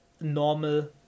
normal